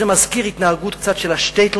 זה מזכיר קצת את התנהגות של השטעטל,